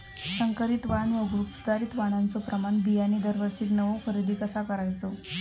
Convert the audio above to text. संकरित वाण वगळुक सुधारित वाणाचो प्रमाण बियाणे दरवर्षीक नवो खरेदी कसा करायचो?